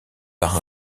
par